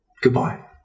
Goodbye